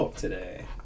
today